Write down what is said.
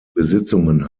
besitzungen